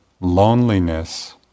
loneliness